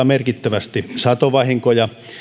merkittävästi satovahinkoja